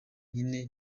nyine